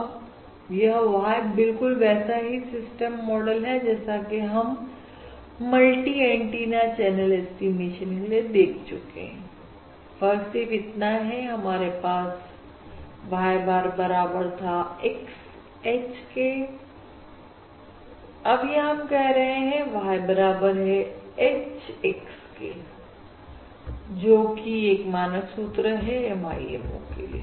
अब यह Y बिल्कुल वैसा ही सिस्टम मॉडल है जैसा कि हम मल्टी एंटीना चैनल ऐस्टीमेशन के लिए देख चुके फर्क सिर्फ इतना है पहले हमारे पास Y बराबर था XH के पर अब यहां हम कह रहे हैं कि Y बराबर है HX के जो कि एक मानक सूत्र है MIMO के लिए